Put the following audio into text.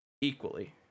equally